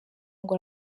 ngo